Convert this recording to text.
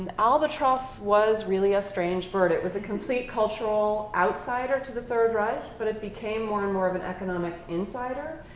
and albatross was really a strange bird. it was a complete cultural outsider to the third reich. but it became more and more of an economic insider.